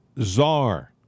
czar